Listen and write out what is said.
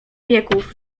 wieków